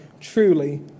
Truly